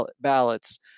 ballots